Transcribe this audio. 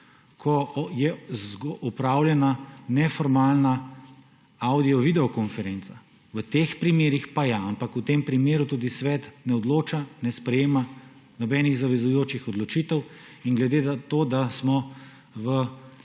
ko je opravljena neformalna avdiovideokonferenca. V teh primerih pa ja. Ampak v tem primeru tudi Svet Evropske unije ne odloča, ne sprejema nobenih zavezujočih odločitev, in glede na to, da smo v